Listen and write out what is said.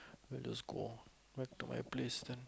let's go back to my place then